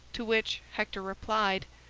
to which hector replied,